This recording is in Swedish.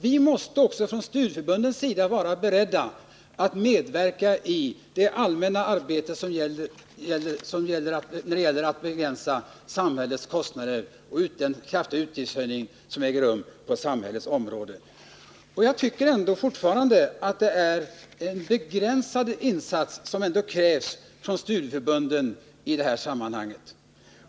Vi måste också från studieförbundens sida vara beredda att medverka i det allmänna arbetet när det gäller att begränsa samhällets kostnader och den kraftiga utgiftsökning som äger rum på olika samhällsområden. Jag tycker fortfarande att det är en begränsad insats från studieförbunden som krävs i det här sammanhanget.